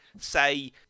say